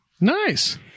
Nice